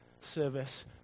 service